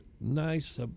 nice